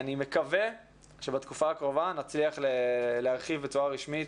אני מקווה שבתקופה הקרובה נצליח להרחיב בצורה רשמית,